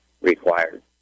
required